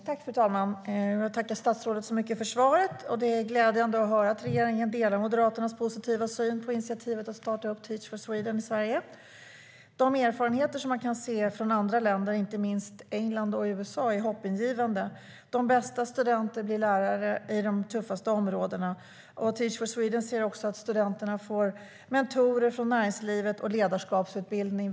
Fru talman! Jag tackar statsrådet så mycket för svaret. Det är glädjande att höra att regeringen delar Moderaternas positiva syn på initiativet att starta Teach for Sweden i Sverige. De erfarenheter man kan se i andra länder, inte minst England och USA, är hoppingivande. De bästa studenterna blir lärare i de tuffaste områdena. Teach for Sweden ser också till att studenterna får mentorer från näringslivet och ledarskapsutbildning.